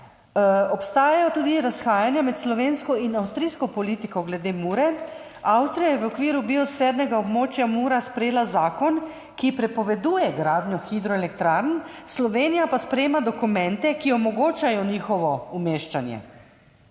Obstajajo tudi razhajanja med slovensko in avstrijsko politiko glede Mure. Avstrija je v okviru biosfernega območja Mura sprejela zakon, ki prepoveduje gradnjo hidroelektrarn, Slovenija pa sprejema dokumente, ki omogočajo njihovo umeščanje.